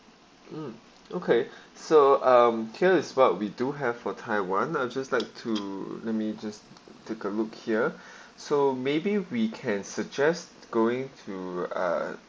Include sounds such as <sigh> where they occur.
mm okay so um here is what we do have for taiwan I just like to let me just take a look here <breath> so maybe we can suggest going to uh